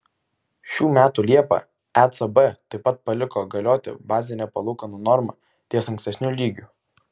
šių metų liepą ecb taip pat paliko galioti bazinę palūkanų normą ties ankstesniu lygiu